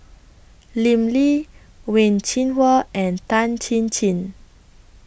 Lim Lee Wen Jinhua and Tan Chin Chin